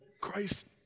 Christ